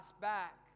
back